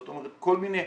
זאת אומרת כל מיני